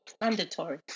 mandatory